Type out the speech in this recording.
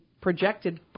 projected